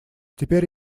теперь